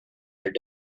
their